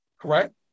correct